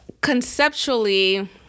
Conceptually